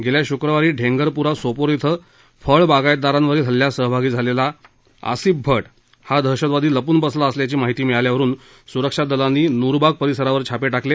गेल्या शुक्रवारी ढेंगरपुरा सोपोर इथं फळ बागायतदारांवरील हल्ल्यात सहभागी असलेला दहशतवादी लपून बसला असल्याची माहिती मिळाल्यावरुन सुरक्षा दलांनी नुरबाग परिसरावर छापे टाकले